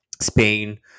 Spain